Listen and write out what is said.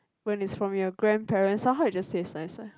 when it's from your grandparents somehow it just taste nicer